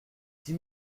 dix